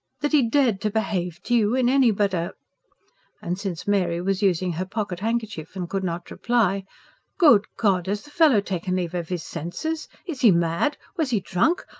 that he dared to behave to you in any but a and since mary was using her pocket-handkerchief and could not reply good god! has fellow taken leave of his senses? is he mad? was he drunk?